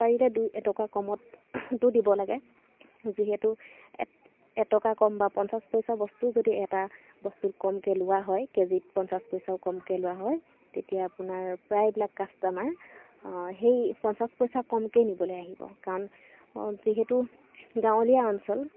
পাৰিলে দুই এটকা কমতো দিব লাগে যিহেতু এটকা কম বা পঞ্চাছ পইচা বস্তুও যদি এটা বস্তুত কমকৈ লোৱা হয় কেজিত পঞ্চাছ পইচাও কমকৈ লোৱা হয় তেতিয়া আপোনাৰ প্ৰায়বিলাক কাষ্টমাৰ সেই পঞ্চাছ পইচা কমকৈয়ে নিবলৈ আহিব কাৰণ যিহেতু গাঁৱলীয়া অঞ্চল